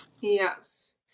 yes